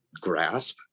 grasp